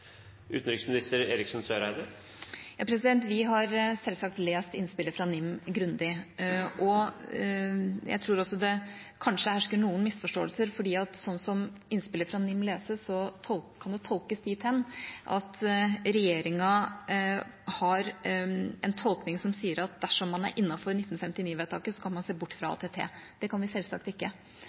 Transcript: Vi har selvsagt lest innspillet fra NIM grundig. Jeg tror at det kanskje hersker noen misforståelser, for slik som innspillet fra NIM leses, kan det tolkes dit hen at regjeringa har en tolkning som sier at dersom man er innenfor 1959-vedtaket, kan man se bort fra ATT. Det kan vi selvsagt ikke.